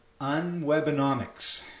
Unwebonomics